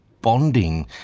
bonding